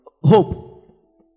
Hope